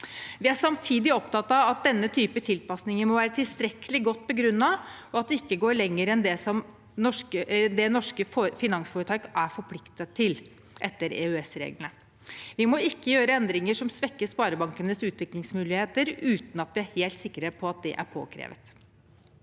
Vi er samtidig opptatt av at denne typen tilpasninger må være tilstrekkelig godt begrunnet, og at de ikke går lenger enn det norske finansforetak er forpliktet til etter EØS-reglene. Vi må ikke gjøre endringer som svekker sparebankenes utviklingsmuligheter uten at vi er helt sikre på at det er påkrevd.